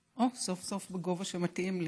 או, סוף-סוף בגובה שמתאים לי.